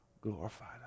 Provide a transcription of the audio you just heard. glorified